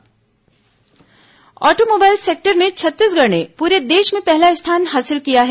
automobile sector automobile sector में छत्तीसगढ़ ने पूरे देश में पहला स्थान हासिल किया है